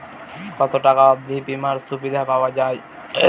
কত টাকা অবধি বিমার সুবিধা পাওয়া য়ায়?